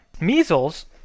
measles